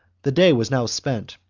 the day was now spent,